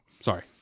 Sorry